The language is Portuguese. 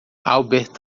albert